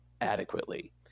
adequately